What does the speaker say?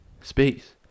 space